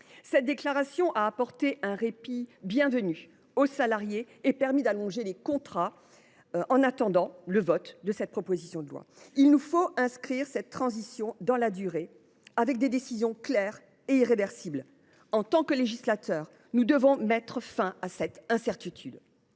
Cette déclaration a apporté un répit bienvenu aux salariés et a permis de prolonger les contrats pendants, en attendant le vote de cette proposition de loi. Il faut inscrire cette transition dans la durée, avec des décisions claires et irréversibles. En tant que législateurs, nous devons mettre fin à cette incertitude.